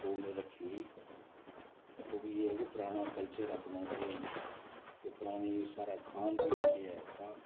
ओह् उनें रक्खी ही ओह् बी ऐ कि पराना कल्चर अपना केह् होंदा के परानी स्हाड़ा खान पीन के ऐ फलां